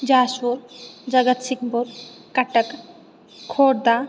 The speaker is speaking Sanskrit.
जाश्पूर् जगत्सिङ्ग्पूर् कटक् खोर्दा